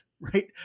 right